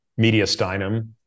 mediastinum